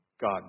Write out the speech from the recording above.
God